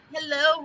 Hello